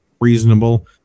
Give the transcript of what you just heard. reasonable